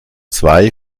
zwei